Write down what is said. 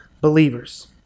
believers